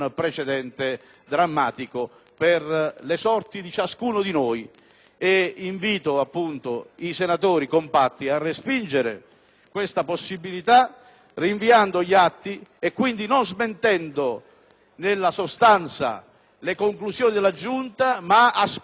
Invito i senatori a respingere compatti questa possibilità, rinviando gli atti, quindi non smentendo nella sostanza le conclusioni della Giunta, ma aspettando un giudizio dell'autorità giudiziaria. Credo sia